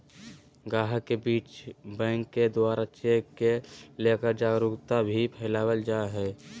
गाहक के बीच बैंक के द्वारा चेक के लेकर जागरूकता भी फैलावल जा है